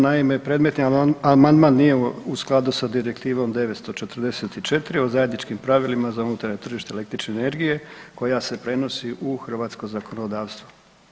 Naime, predmetni amandman nije u skladu s Direktivom 944 o zajedničkim pravilima za unutarnje tržište električne energije koja se prenosi u hrvatsko zakonodavstvo.